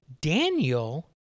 Daniel